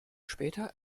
später